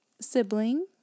sibling